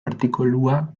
artikulua